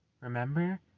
Remember